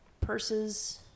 purses